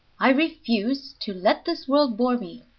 i refuse to let this world bore me.